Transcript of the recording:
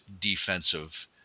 defensive